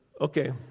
Okay